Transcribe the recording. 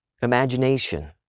imagination